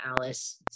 Alice